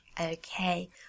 okay